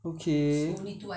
okay